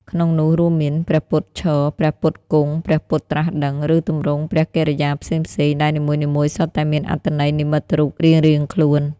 ក្នុងនោះ រួមមាន ព្រះពុទ្ធឈរ ព្រះពុទ្ធគង់ ព្រះពុទ្ធត្រាស់ដឹង ឬទម្រង់ព្រះកិរិយាផ្សេងៗ ដែលនីមួយៗសុទ្ធតែមានអត្ថន័យនិមិត្តរូបរៀងៗខ្លួន។